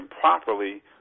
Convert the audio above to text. properly